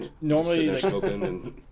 Normally